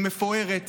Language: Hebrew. היא מפוארת,